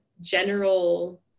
general